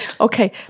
Okay